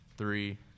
Three